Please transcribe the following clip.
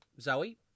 Zoe